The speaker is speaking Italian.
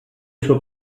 suo